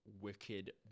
wicked